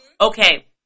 okay